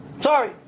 Sorry